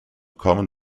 common